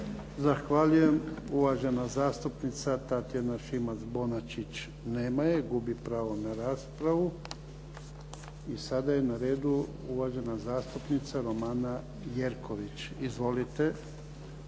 Zahvaljujem. Uvažena zastupnica Tatjana Šimac Bonačić. Nema je. Gubi pravo na raspravu. I sada je na redu uvažena zastupnica Romana Jerković. Izvolite.